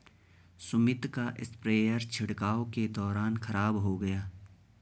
सुमित का स्प्रेयर छिड़काव के दौरान खराब हो गया